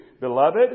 Beloved